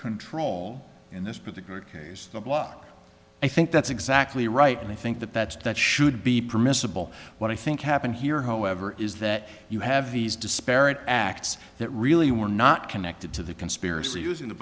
control in this particular case the block i think that's exactly right and i think that that that should be permissible what i think happened here however is that you have these disparate acts that really were not connected to the conspiracy using the